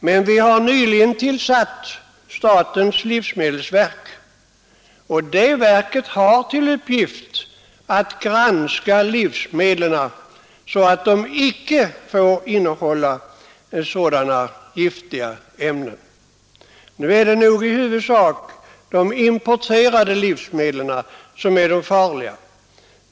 Men vi har nyligen tillsatt statens livsmedelsverk, och det verket har till uppgift att granska livsmedlen så att de inte innehåller sådana giftiga ämnen. Nu är det nog i huvudsak de importerade livsmedlen som är farliga.